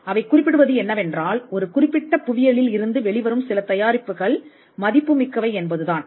அவை குறிப்பிடுவது என்னவென்றால் ஒரு குறிப்பிட்ட புவியியலில் இருந்து வெளிவரும் சில தயாரிப்புகள் மதிப்பு மிக்கவை என்பதுதான்